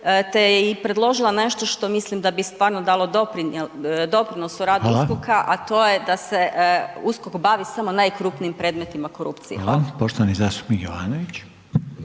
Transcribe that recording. te je i predložila nešto što mislim da bi stvarno dalo doprinos u radu USKOK-a, a to je da se USKOK bavi samo najkrupnijim predmetima korupcije. Hvala. **Reiner, Željko